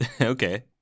Okay